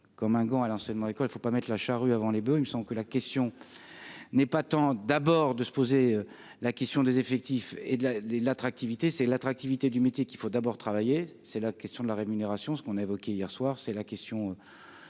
comme un gant à l'enseignement et quand il ne faut pas mettre la charrue avant les boeufs, il me semble que la question n'est pas tant d'abord de se poser la question des effectifs et de la l'attractivité c'est l'attractivité du métier qu'il faut d'abord travailler, c'est la question de la rémunération, ce qu'on a évoqué hier soir,